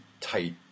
tight